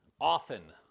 often